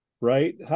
right